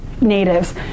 natives